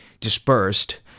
dispersed